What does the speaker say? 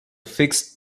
fixed